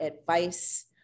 advice